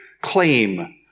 claim